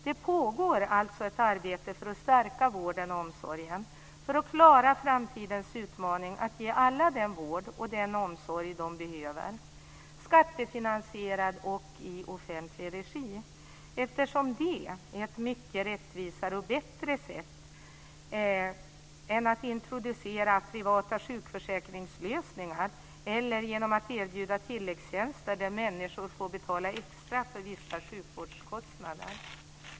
Det pågår alltså ett arbete för att stärka vården och omsorgen, för att klara framtidens utmaning att ge alla den vård och den omsorg de behöver, skattefinansierad och i offentlig regi, eftersom det är ett mycket rättvisare och bättre sätt än att introducera privata sjukförsäkringslösningar eller genom att erbjuda tilläggstjänster, där människor får betala extra för vissa sjukvårdskostnader.